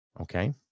Okay